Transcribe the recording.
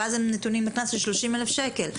ואז הם נתונים לקנס של 30,000 שקל.